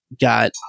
Got